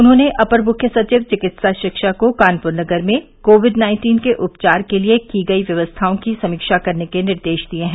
उन्होंने अपर मुख्य सचिव चिकित्सा शिक्षा को कानपुर नगर में कोविड नाइन्टीन के उपचार के लिए की गई व्यवस्थाओं की समीक्षा करने के निर्देश दिये हैं